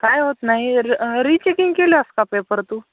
काय होत नाही र रीचेकिंग केलं आहेस का पेपर तू